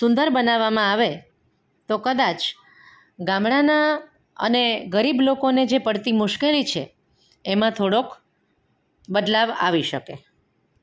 સુંદર બનાવવામાં આવે તો કદાચ ગામડાનાં અને ગરીબ લોકોને જે પડતી મુશ્કેલી છે એમાં થોડોક બદલાવ આવી શકે